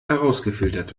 herausgefiltert